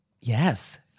Yes